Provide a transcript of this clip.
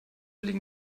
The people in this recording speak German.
liegen